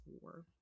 war